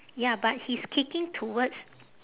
ya but he's kicking towards